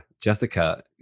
jessica